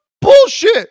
Bullshit